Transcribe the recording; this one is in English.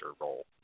role